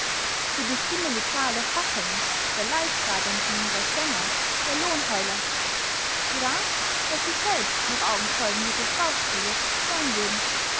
sie bestimmen die zahl der fackeln der leidtragenden der sänger der lohnheuler gerad als sie selbst noch augenzeugen dieses schauspieles seyn würden